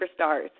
superstars